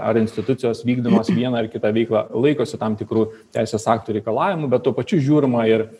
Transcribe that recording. ar institucijos vykdydamos vieną ar kitą veiklą laikosi tam tikrų teisės aktų reikalavimų bet tuo pačiu žiūrima ir